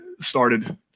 started